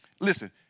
Listen